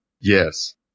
Yes